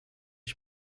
ich